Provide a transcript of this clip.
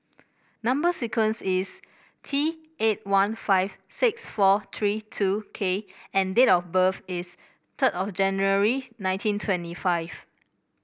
number sequence is T eight one five six four three two K and date of birth is third of January nineteen twenty five